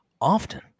often